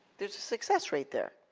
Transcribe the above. there's a success rate there.